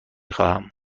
خواهم